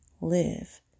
live